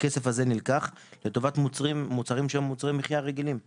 שהכסף הזה נלקח לטובת מוצרים שהם מוצרי מחיה רגילים וסטנדרטיים.